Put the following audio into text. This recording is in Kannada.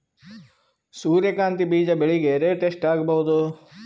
ಸೂರ್ಯ ಕಾಂತಿ ಬೀಜ ಬೆಳಿಗೆ ರೇಟ್ ಎಷ್ಟ ಆಗಬಹುದು?